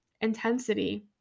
intensity